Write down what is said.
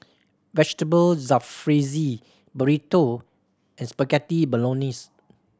Vegetable Jalfrezi Burrito and Spaghetti Bolognese